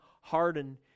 hardened